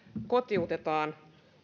kotiutetaan